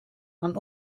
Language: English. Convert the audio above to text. and